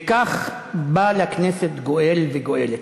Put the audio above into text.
וכך בא לכנסת גואל וגואלת.